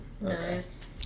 Nice